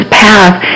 path